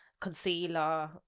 concealer